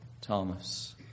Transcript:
Thomas